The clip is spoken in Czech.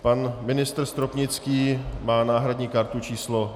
Pan ministr Stropnický má náhradní kartu číslo 17.